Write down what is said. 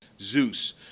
Zeus